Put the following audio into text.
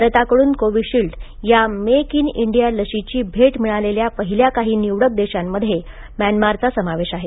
भारताकडून कोव्हीशिल्ड या make in India लशीची भेट मिळालेल्या पहिल्या काही निवडक देशांमध्ये म्यानमारचा समावेश आहे